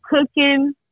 cooking